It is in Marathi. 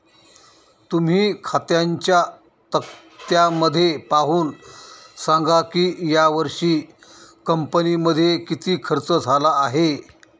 तुम्ही खात्यांच्या तक्त्यामध्ये पाहून सांगा की यावर्षी कंपनीमध्ये किती खर्च झाला आहे